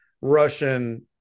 Russian